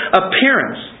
appearance